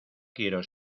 quiero